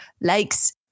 likes